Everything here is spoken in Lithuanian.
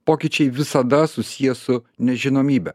pokyčiai visada susiję su nežinomybe